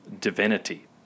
divinity